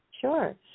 Sure